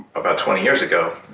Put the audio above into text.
about twenty years ago,